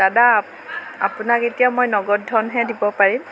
দাদা আপ আপোনাক এতিয়া মই নগদ ধনহে দিব পাৰিম